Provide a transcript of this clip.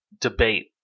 debate